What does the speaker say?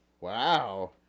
Wow